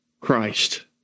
Christ